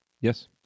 Yes